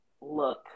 look